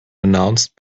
announced